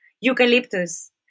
Eucalyptus